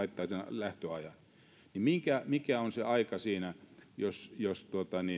lähtöajan mikä on se aika siinä jos jos